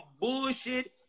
bullshit